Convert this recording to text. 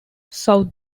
south